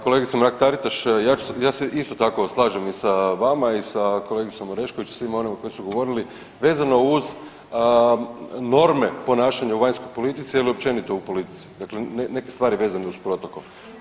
Kolegice Mrak Taritaš ja se isto tako slažem s vama i sa kolegicom Orešković i svima onima koji su govorili vezano uz norme ponašanja u vanjskoj politici ili općenito u politici dakle, neke stvari vezano uz protokol.